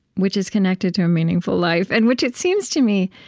which is connected to a meaningful life. and which, it seems to me,